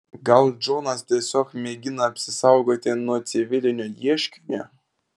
gal džonas tiesiog mėgina apsisaugoti nuo civilinio ieškinio